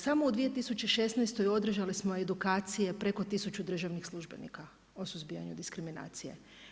Samo u 2016. održali smo edukacije preko 1000 državnih službenika o suzbijanju diskriminacije.